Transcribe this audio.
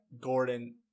Gordon